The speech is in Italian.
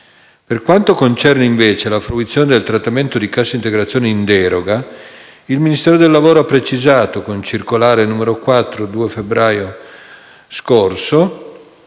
Per quanto concerne, invece, la fruizione del trattamento di cassa integrazione in deroga, il Ministero del lavoro ha precisato, mediante la circolare n. 4 del 2 febbraio scorso,